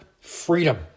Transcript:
freedom